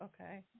Okay